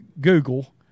Google